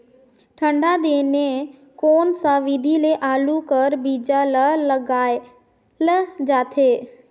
ठंडा दिने कोन सा विधि ले आलू कर बीजा ल लगाल जाथे?